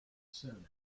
synonym